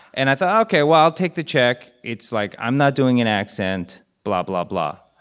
and i thought, ok. well, i'll take the check. it's like, i'm not doing an accent, blah, blah, blah.